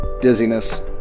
dizziness